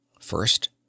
first